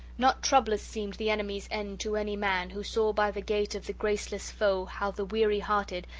not troublous seemed the enemy's end to any man who saw by the gait of the graceless foe how the weary-hearted,